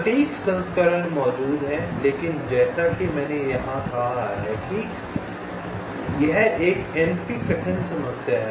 सटीक संस्करण मौजूद हैं लेकिन जैसा कि मैंने कहा कि यह एक NP कठिन समस्या है